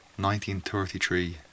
1933